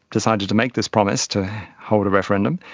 decided to make this promise to hold a referendum.